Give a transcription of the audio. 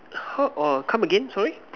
ho~ oh come again sorry